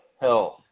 health